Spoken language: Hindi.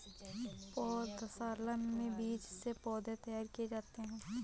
पौधशाला में बीज से पौधे तैयार किए जाते हैं